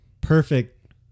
perfect